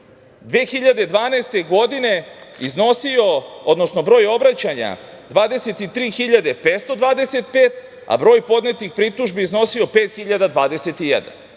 2012. godine iznosio, odnosno broj obraćanja 23.525 a broj podnetih pritužbi iznosio 5.021.Ovaj